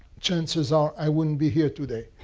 chances are i wouldn't be here today.